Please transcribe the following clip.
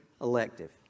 elective